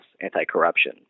anti-corruption